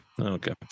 Okay